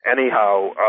anyhow